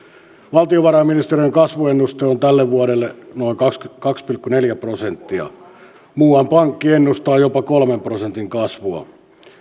valtiovarainministeriön kasvuennuste on tälle vuodelle noin kaksi pilkku neljä prosenttia muuan pankki ennustaa jopa kolmen prosentin kasvua